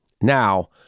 Now